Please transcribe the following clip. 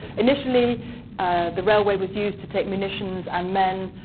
initially the railway was used to take munitions, and men,